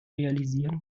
realisieren